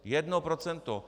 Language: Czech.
Jedno procento!